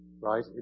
Right